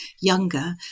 younger